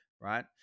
Right